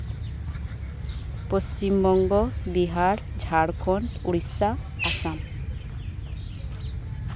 Paschim Banga Bihar Jharkhand Orissa Assam